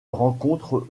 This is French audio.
rencontre